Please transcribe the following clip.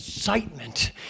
Excitement